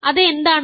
അത് എന്താണ്